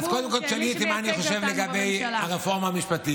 אז קודם כול תשאלי אותי מה אני חושב לגבי הרפורמה המשפטית,